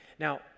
Now